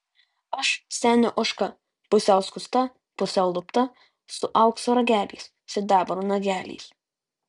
aš senio ožka pusiau skusta pusiau lupta su aukso rageliais sidabro nageliais